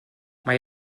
mae